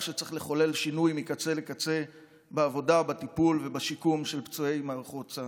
שצריך לחולל שינוי מקצה לקצה בעבודה עם פצועי מערכות צה"ל,